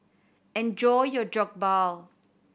enjoy your Jokbal